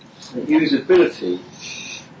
usability